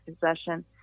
possession